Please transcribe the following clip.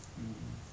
mm